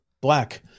black